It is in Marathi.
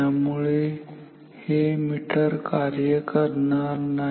त्यामुळे हे मीटर कार्य करणार नाही